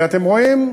ואתם רואים,